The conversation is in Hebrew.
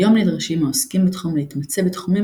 כיום נדרשים העוסקים בתחום להתמצא בתחומים